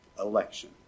Election